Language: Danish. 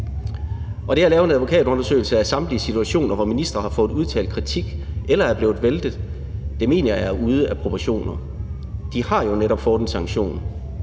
Det at lave en advokatundersøgelse af samtlige situationer, hvor ministre har fået udtalt kritik eller er blevet væltet, mener jeg er ude af proportioner. De har jo netop fået en sanktion,